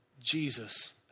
Jesus